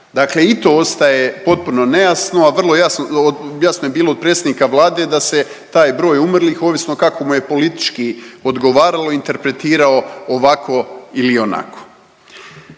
Dakle, i to ostaje potpuno nejasno, a vrlo jasno je bilo od predsjednika Vlade da se taj broj umrlih ovisno kako mu je politički odgovaralo interpretirao ovako ili onako.